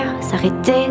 S'arrêter